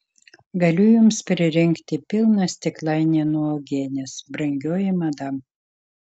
galiu jums pririnkti pilną stiklainį nuo uogienės brangioji madam